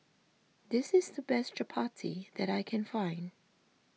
this is the best Chapati that I can find